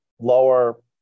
lower